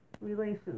relations